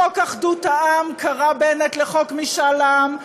"חוק אחדות העם", קרא בנט לחוק משאל העם.